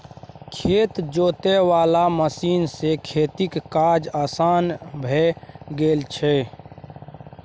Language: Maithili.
खेत जोते वाला मशीन सँ खेतीक काज असान भए गेल छै